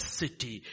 city